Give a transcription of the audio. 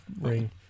ring